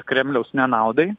kremliaus nenaudai